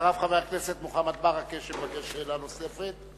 ולאחריו חבר הכנסת מוחמד ברכה, שמבקש שאלה נוספת.